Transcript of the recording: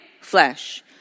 flesh